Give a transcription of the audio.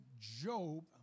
Job